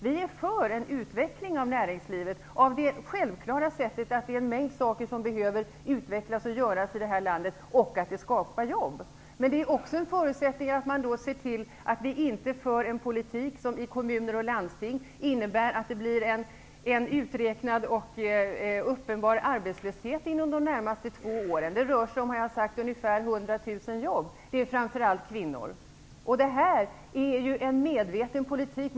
Vi är för en utveckling av näringslivet, av det självklara skälet att det är en mängd saker som behöver utvecklas och göras här i landet och att det skapar jobb. Men en förutsättning är då också att man ser till att vi inte för en politik som i kommuner och landsting innebär att det blir en uträknad och uppenbar arbetslöshet inom de närmaste två åren. Det rör sig om, har jag sagt, ungefär 100 000 jobb, framför allt jobb som innehas av kvinnor. Det här är ju en medveten politik.